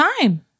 time